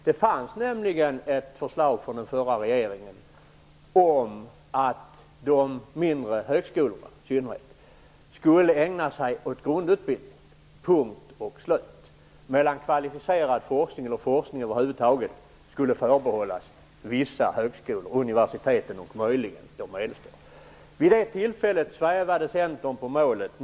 Den förra regeringen lade nämligen fram ett förslag om att i synnerhet de mindre högskolorna skulle ägna sig enbart åt grundutbildning, medan kvalificerad forskning, eller forskning över huvud taget, skulle förbehållas vissa högskolor - universiteten och möjligen de medelstora högskolorna. Vid det tillfället svävade Centern på målet.